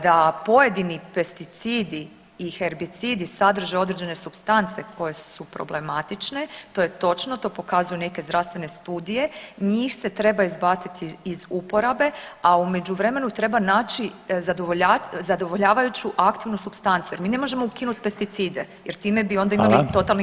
Da pojedini pesticidi i herbicidi sadrže određene supstance koje su problematične to je točno i to pokazuju neke zdravstvene studije, njih se treba izbaciti iz uporabe, a u međuvremenu treba naći zadovoljavajuću aktivnu supstancu jer mi ne možemo ukinut pesticide jer time bi onda imali totalni kaos.